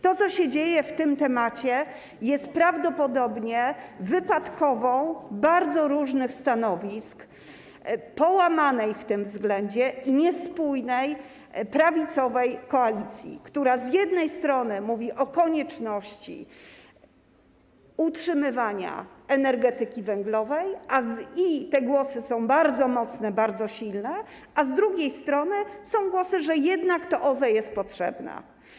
To, co się dzieje w tym temacie, to jest prawdopodobnie wypadkowa bardzo różnych stanowisk połamanej w tym zakresie, niespójnej, prawicowej koalicji, która z jednej strony mówi o konieczności utrzymywania energetyki węglowej - te głosy są bardzo mocne, bardzo silne - a z drugiej strony twierdzi, że jednak to OZE jest potrzebne.